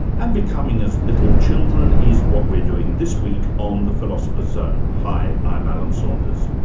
and becoming as little children is what we're doing this week on the philosopher's zone. hi, i'm alan saunders.